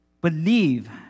believe